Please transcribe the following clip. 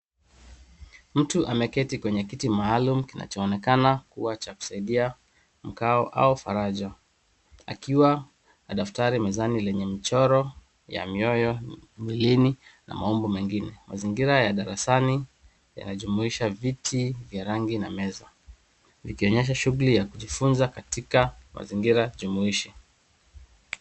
Mtu ameketi kwenye kiti maalum kinachoonekana kuwa cha kusaidia mkao au faraja akiwa na daftari mezani lenye michoro ya mioyo mwilini na maumbo mengine. Mazingira ya darasani yanajumuisha vitu vya rangi na meza ikionyesha shughuli ya kujifunza katika mazingira jumuishi.